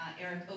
Eric